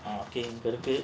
இங்க இருக்கு:inga irukku